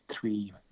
three